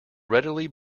readily